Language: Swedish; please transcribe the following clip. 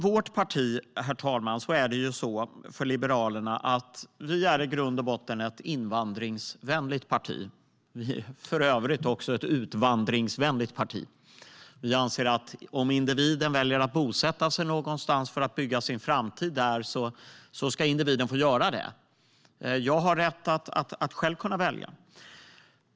Vårt parti, herr talman, är i grund och botten ett invandringsvänligt parti. Vi är för övrigt också ett utvandringsvänligt parti - vi anser att om individen väljer att bosätta sig någonstans för att bygga sin framtid där ska individen få göra det. Jag har rätt att själv kunna välja.